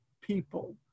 people